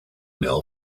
mail